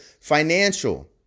financial